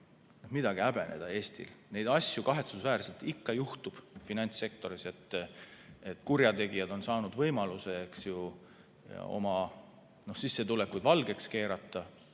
midagi häbeneda. Neid asju kahetsusväärselt ikka juhtub finantssektoris, et kurjategijad on saanud võimaluse oma sissetulekuid valgeks keerata